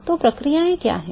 तो प्रक्रियाएं क्या हैं